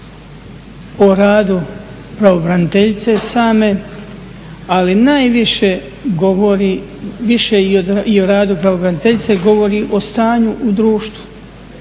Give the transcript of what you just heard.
o radu pravobraniteljice same, ali najviše govori, više i o radu pravobraniteljice govori o stanju u društvu.